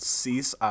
cease